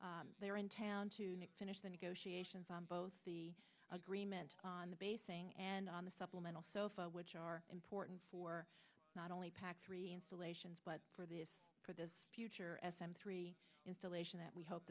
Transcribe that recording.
they were in town to finish the negotiations on both the agreement on the basing and on the supplemental so far which are important for not only pack three installations but for this for the future s m three installation that we hope